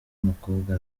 umukobwa